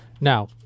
Now